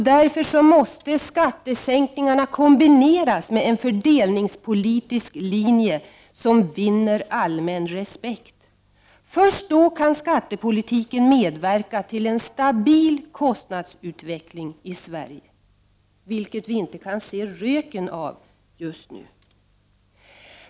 Därför måste skattesänkningarna kombineras med en fördelningspolitisk linje som vinner allmän respekt. Först då kan skattepolitiken medverka till en stabil kostnadsutveckling i Sverige. En sådan kan vi inte se röken av just nu.